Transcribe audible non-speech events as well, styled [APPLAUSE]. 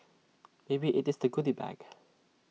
maybe IT is the goody bag [NOISE]